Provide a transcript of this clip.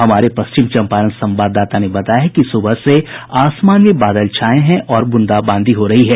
हमारे पश्चिम चंपारण संवाददाता ने बताया है कि सुबह से असमान में बादल छाये हैं और ब्रंदाबांदी हो रही है